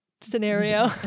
Scenario